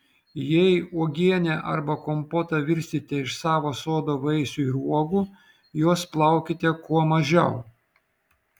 jei uogienę arba kompotą virsite iš savo sodo vaisių ir uogų juos plaukite kuo mažiau